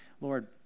Lord